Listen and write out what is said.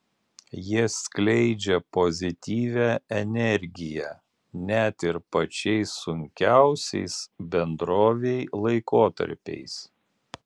jie skleidžia pozityvią energiją net ir pačiais sunkiausiais bendrovei laikotarpiais